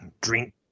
drink